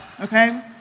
Okay